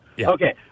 Okay